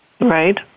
Right